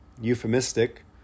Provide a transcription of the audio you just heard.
euphemistic